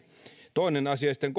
toinen asia on sitten